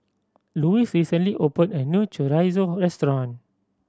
Louise recently opened a new Chorizo Restaurant